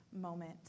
moment